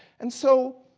and so,